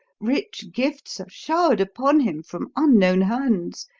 rich gifts are showered upon him from unknown hands,